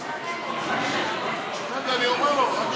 סוגיה זו של